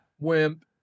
Wimp